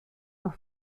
noch